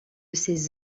ses